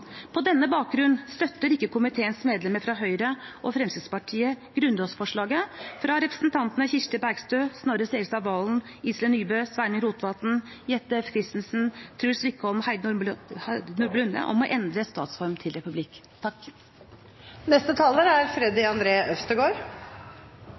På denne bakgrunn støtter ikke komiteens medlemmer fra Høyre og Fremskrittspartiet grunnlovsforslaget fra representantene Kirsti Bergstø, Snorre Serigstad Valen, Iselin Nybø, Sveinung Rotevatn, Jette F. Christensen, Truls Wickholm og Heidi Nordby Lunde om å endre statsform til republikk. Takk for det, president! Det er